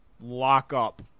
lockup